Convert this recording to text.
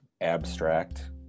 abstract